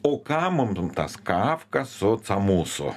o kam mum tas kafka su camūsu